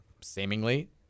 seemingly